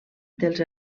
dels